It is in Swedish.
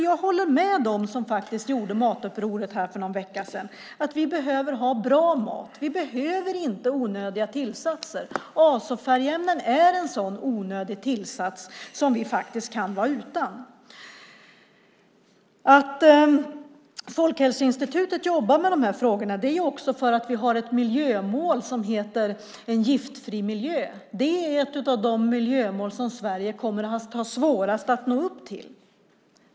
Jag håller med dem som gjorde matupproret här för någon vecka sedan. Vi behöver ha bra mat. Vi behöver inte ha onödiga tillsatser. Azofärgämnen är en sådan onödig tillsats som vi kan vara utan. Folkhälsoinstitutet jobbar också med de här frågorna för att vi har ett miljömål som heter En giftfri miljö. Det är ett av de miljömål som Sverige kommer att ha svårast att nå upp till.